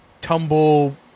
tumble